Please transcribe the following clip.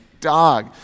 Dog